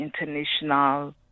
international